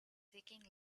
seeking